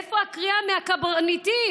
איפה הקריאה מהקברניטים?